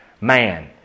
man